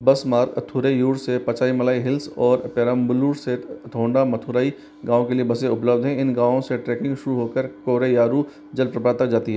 बस मार्ग अथुरैयूर से पचाईमलाई हिल्स और पेरम्बलुर से थोंडामथुरई गाँव के लिए बसें उपलब्ध हैं इन गाँव से ट्रेकिंग शुरू होकर कोरैयारू जलप्रपात तक जाती है